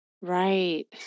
Right